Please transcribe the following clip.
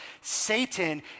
Satan